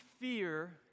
fear